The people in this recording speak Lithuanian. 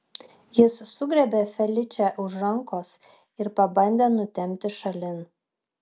jis sugriebė feličę už rankos ir pabandė nutempti šalin